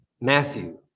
Matthew